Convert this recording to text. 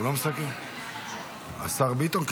השר ביטון?